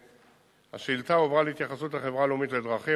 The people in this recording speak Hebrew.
השאילתא הועברה להתייחסות החברה הלאומית לדרכים,